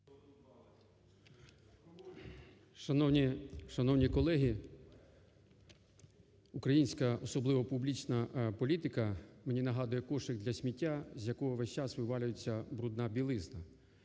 Шановні колеги, українська, особливо публічна, політика мені нагадує кошик для сміття, з якого весь час вивалюється брудна білизна.